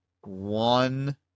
one